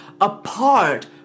apart